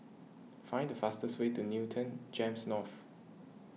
find the fastest way to Newton Gems North